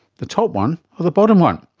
the top one or the bottom one?